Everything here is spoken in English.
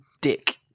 Dick